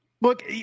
look